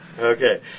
Okay